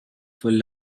full